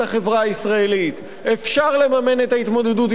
אפשר לממן את ההתמודדות עם הבעיות החברתיות הקשות,